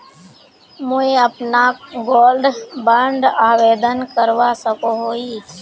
मुई अपना gold bond आवेदन करवा सकोहो ही?